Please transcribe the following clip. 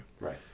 Right